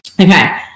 Okay